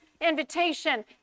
invitation